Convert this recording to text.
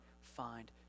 find